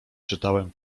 czytałem